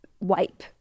wipe